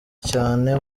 cyane